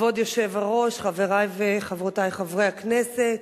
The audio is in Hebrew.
כבוד היושב-ראש, חברי וחברותי חברי הכנסת,